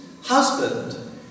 husband